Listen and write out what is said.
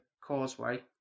causeway